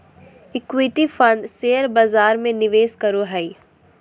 equity fund share बजार में निवेश करो हइ